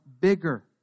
bigger